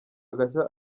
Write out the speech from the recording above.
agashya